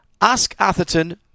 AskAtherton